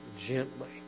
gently